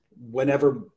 whenever